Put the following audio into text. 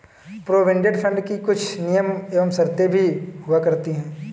provident fund की कुछ नियम एवं शर्तें भी हुआ करती हैं